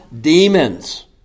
demons